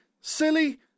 silly